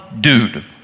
dude